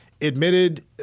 admitted